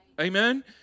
Amen